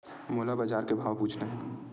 मोला बजार के भाव पूछना हे?